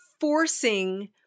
forcing